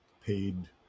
paid